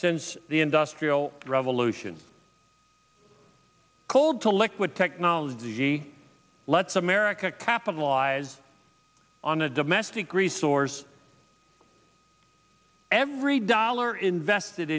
since the industrial revolution cold to liquid technology lets america capitalize on a domestic resource every dollar invested